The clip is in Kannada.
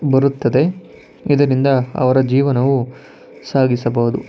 ಬರುತ್ತದೆ ಇದರಿಂದ ಅವರ ಜೀವನವು ಸಾಗಿಸಬೌದು